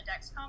Dexcom